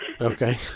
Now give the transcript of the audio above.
Okay